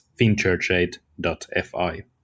finchurchaid.fi